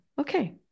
okay